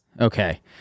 Okay